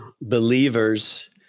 believers